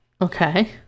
Okay